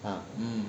ah